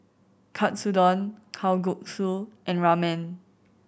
Katsudon Kalguksu and Ramen